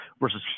versus